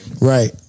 right